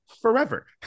forever